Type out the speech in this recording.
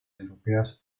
europeas